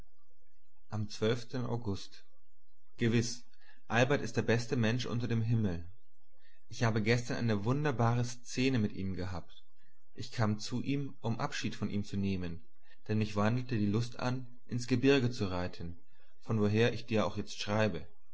am august gewiß albert ist der beste mensch unter dem himmel ich habe gestern eine wunderbare szene mit ihm gehabt ich kam zu ihm um abschied von ihm zu nehmen denn mich wandelte die lust an ins gebirge zu reiten von woher ich dir auch jetzt schreibe